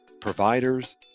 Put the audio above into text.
providers